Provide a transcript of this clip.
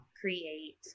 create